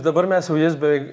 dabar mes jau jas beveik